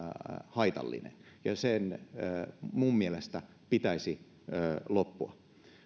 haitallinen ja sen minun mielestäni pitäisi loppua